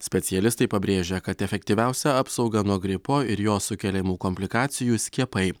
specialistai pabrėžia kad efektyviausia apsauga nuo gripo ir jo sukeliamų komplikacijų skiepai